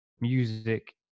music